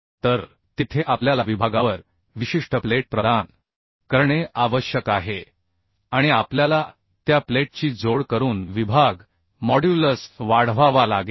तर तेथे आपल्याला विभागावर विशिष्ट प्लेट प्रदान करणे आवश्यक आहे आणि आपल्याला त्या प्लेटची जोड करून विभाग मॉड्युलस वाढवावा लागेल